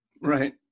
Right